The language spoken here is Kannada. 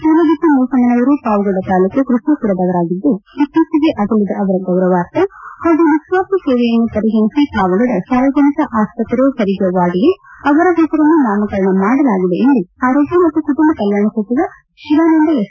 ಸೂಲಗಿತ್ತಿ ನರಸಮ್ನವರು ಪಾವಗಡ ತಾಲ್ಲೂಕು ಕೃಷ್ಣಾಮರದವರಾಗಿದ್ದು ಇತ್ತೀಚೆಗೆ ಆಗಲಿದ ಅವರ ಗೌರವಾರ್ಥ ಹಾಗೂ ನಿಸ್ನಾರ್ಥ ಸೇವೆಯನ್ನು ಪರಿಗಣಿಸಿ ಪಾವಗಡ ಸಾರ್ವಜನಿಕರ ಅಸ್ತತ್ರೆ ಹೆರಿಗೆ ವಾರ್ಡ್ಗೆ ಅವರ ಹೆಸರನ್ನು ನಾಮಕರಣ ಮಾಡಲಾಗಿದೆ ಎಂದು ಆರೋಗ್ಯ ಮತ್ತು ಕುಟುಂಬ ಕಲ್ಮಾಣ ಸಚಿವ ಶಿವಾನಂದ ಎಸ್